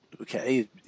okay